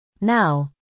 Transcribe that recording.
Now